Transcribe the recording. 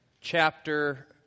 chapter